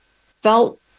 felt